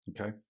okay